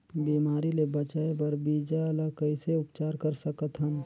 बिमारी ले बचाय बर बीजा ल कइसे उपचार कर सकत हन?